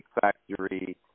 Factory